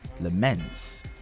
laments